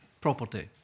property